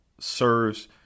serves